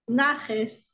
naches